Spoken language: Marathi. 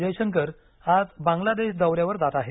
जयशंकर आज बांग्लादेश दौऱ्यावर जात आहेत